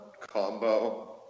combo